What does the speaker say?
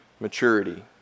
maturity